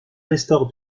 restaure